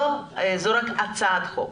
זו רק הצעת חוק.